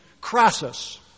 Crassus